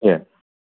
या